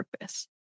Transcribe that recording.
purpose